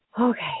Okay